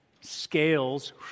scales